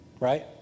Right